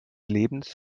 lebens